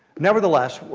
nevertheless,